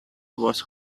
was